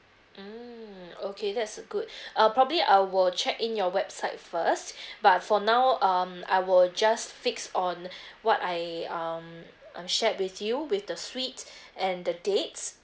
mm okay that's good uh probably I will check in your website first but for now um I will just fix on what I um I'm shared with you with the suite and the dates